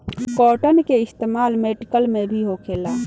cotton के इस्तेमाल medical में भी होखेला